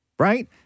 Right